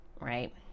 right